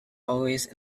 always